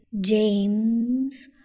James